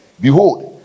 Behold